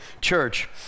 Church